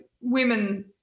women